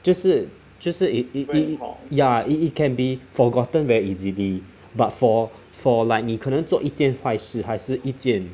就是就是 it it it ya it it can be forgotten very easily but for for like 你可能做一件坏事还是一件